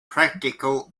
practical